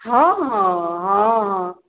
हँ हँ हँ हँ